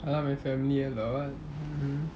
I love my family a lot mm